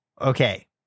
Okay